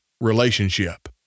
relationship